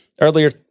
Earlier